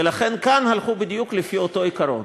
ולכן, כאן הלכו בדיוק לפי אותו עיקרון.